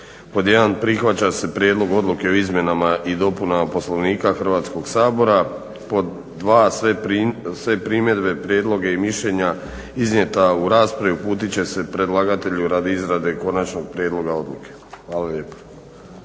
"1. Prihvaća se prijedlog odluke o izmjenama i dopunama Poslovnika Hrvatskog sabora. 2. Sve primjedbe, prijedloge i mišljenja iznijeta u raspravi uputit će se predlagatelju radi izrade konačnog prijedloga odluke". Hvala lijepa.